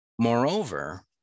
Moreover